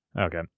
Okay